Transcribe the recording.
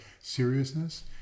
seriousness